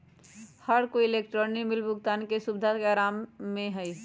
हर कोई electronic bill भुगतान के सुविधा से आराम में हई